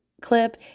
clip